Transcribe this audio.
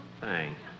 Thanks